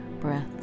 breath